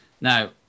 Now